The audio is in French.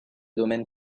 domaines